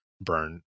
Burn